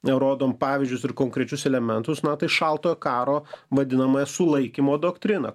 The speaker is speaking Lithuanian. rodom pavyzdžius ir konkrečius elementus na šaltojo karo vadinamąją sulaikymo doktriną